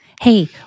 Hey